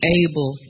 able